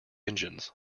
engines